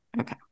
Okay